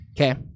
Okay